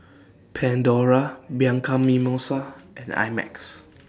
Pandora Bianco Mimosa and I Max